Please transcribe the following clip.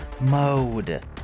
mode